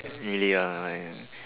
really ah I